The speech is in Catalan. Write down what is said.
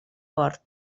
bord